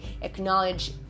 acknowledge